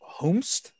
Homest